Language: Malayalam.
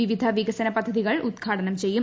വിവിധ വികസന പദ്ധതികൾ ഉദ്ഘാടനം ചെയ്യും